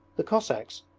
the cossacks,